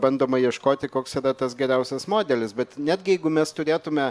bandoma ieškoti koks yra tas geriausias modelis bet netgi jeigu mes turėtume